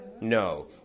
No